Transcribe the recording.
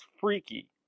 freaky